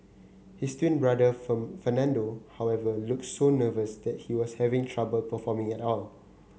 his twin brother Fernando however looked so nervous that he was having trouble performing at all